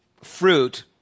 fruit